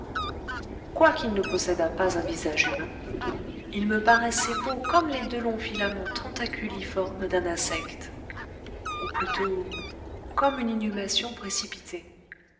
quoiqu'il ne possédât pas un visage humain il me paraissait beau comme les deux longs filaments tentaculiformes d'un insecte ou plutôt comme une inhumation précipitée